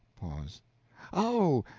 pause oh!